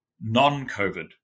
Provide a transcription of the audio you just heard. non-COVID